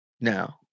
now